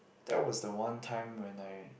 that was the one time when I